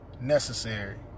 necessary